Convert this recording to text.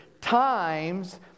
times